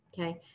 Okay